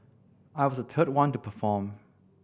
I was the third one to perform